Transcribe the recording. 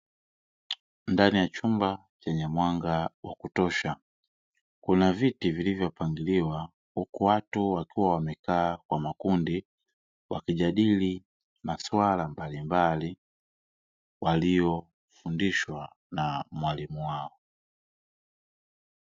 Ndani ya chumba chenye mwanga wa kutosha kuna viti vilivyopangiliwa huku watu wakiwa wamekaa kwa makundi wakijadili maswala mbalimbali waliofundishwa na mwalimu wao.